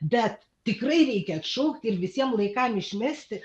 bet tikrai reikia atšaukti ir visiem laikam išmesti